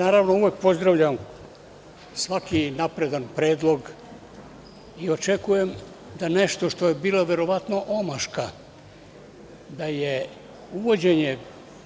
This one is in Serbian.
Naravno, uvek pozdravljam svaki napredan predlog i očekujem, da nešto što je bilo verovatno omaška, da je uvođenje